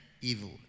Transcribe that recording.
evil